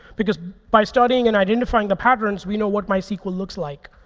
because by starting and identifying the patterns, we know what mysql looks like.